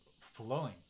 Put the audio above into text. flowing